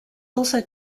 also